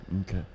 okay